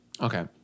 Okay